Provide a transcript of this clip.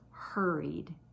Hurried